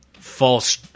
False